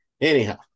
Anyhow